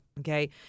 Okay